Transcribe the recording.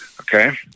Okay